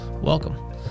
Welcome